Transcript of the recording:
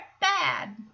bad